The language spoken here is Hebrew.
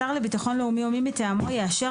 השר לביטחון לאומי או מי מטעמו יאשר